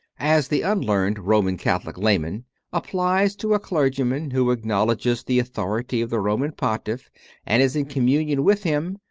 as the unlearned roman catholic layman applies to a clergyman who acknowledges the authority of the roman pontiff and is in communion with him,